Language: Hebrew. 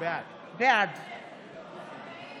בעד מאי